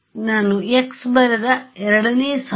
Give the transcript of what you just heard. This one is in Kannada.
ನಾನು x ಬರೆದ ಎರಡನೇ ಸಾಲು